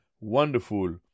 wonderful